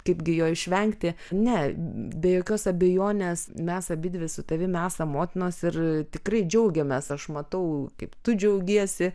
kaipgi jo išvengti ne be jokios abejonės mes abidvi su tavim esam motinos ir tikrai džiaugiamės aš matau kaip tu džiaugiesi